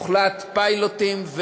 הוחלט על פיילוטים,